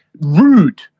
rude